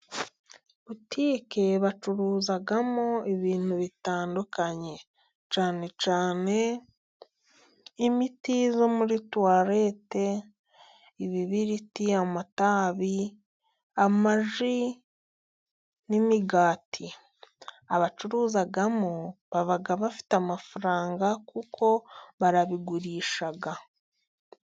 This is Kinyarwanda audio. Butike bacuruzamo ibintu bitandukanye，cyane cyane imiti yo muri tuwarete， ibibiriti，amatabi， amaji n’imigati. Abacuruzamo baba bafite amafaranga， kuko barabigurisha.